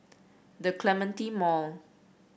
The Clementi Mall